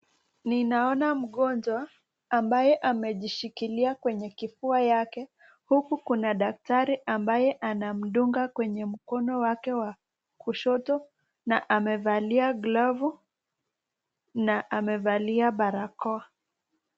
Ninaona mgonjwa ambaye amejishililia kwenye kifua yake, huku kuna dakitari anaye mdunga kwenye mkono wake wa kushoto, na amevalia glavu, na amevalia barakoa.